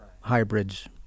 hybrids